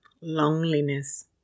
loneliness